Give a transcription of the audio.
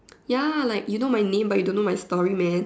ya like you know my name but you don't know my story man